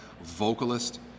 vocalist